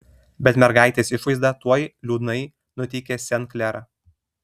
bet mergaitės išvaizda tuoj liūdnai nuteikė sen klerą